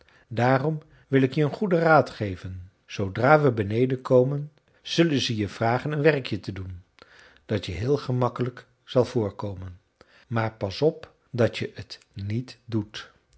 daarom wil ik je een goeden raad geven zoodra we beneden komen zullen ze je vragen een werkje te doen dat je heel gemakkelijk zal voorkomen maar pas op dat je het niet doet